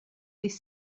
des